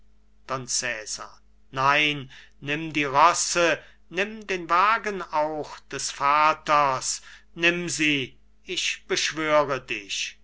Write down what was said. nein nimm die rosse nimm den wagen auch des vaters nimm sie ich beschwöre dich